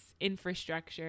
infrastructure